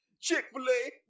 Chick-fil-A